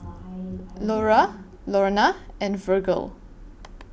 Norah Lorna and Virgel